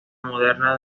moderna